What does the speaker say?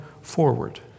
forward